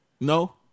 No